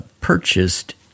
purchased